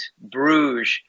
Bruges